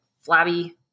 flabby